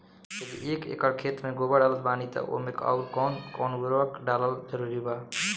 यदि एक एकर खेत मे गोबर डालत बानी तब ओमे आउर् कौन कौन उर्वरक डालल जरूरी बा?